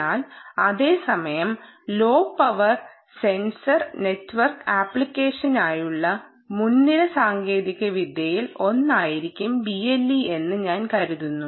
എന്നാൽ അതേ സമയം ലോ പവർ സെൻസർ നെറ്റ്വർക്ക് ആപ്ലിക്കേഷനായുള്ള മുൻനിര സാങ്കേതികവിദ്യയിൽ ഒന്നായിരിക്കും BLE എന്ന് ഞാൻ കരുതുന്നു